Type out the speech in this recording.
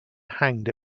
hanged